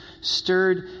stirred